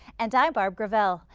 and i'm barb gravel.